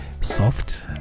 soft